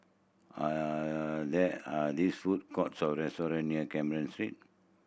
are there are these food courts or restaurant near Carmen Street